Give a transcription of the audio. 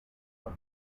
drop